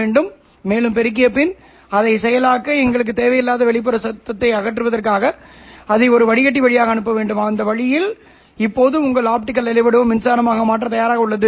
உங்கள் ஸ்பெக்ட்ரம் இடைநிலை அதிர்வெண்ணில் மையமாக இருக்கும் இல்லையெனில் ஸ்பெக்ட்ரம் 0 இடைநிலை அதிர்வெண்ணில் மையமாக இருக்கும் 0 இடைநிலை அதிர்வெண் dc ஐத் தவிர வேறில்லை